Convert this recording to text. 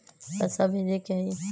पैसा भेजे के हाइ?